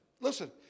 Listen